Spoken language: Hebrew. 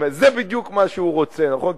זה בדיוק מה שהוא רוצה, נכון?